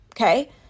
okay